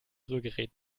rührgerät